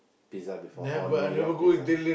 pizza before or New-York pizza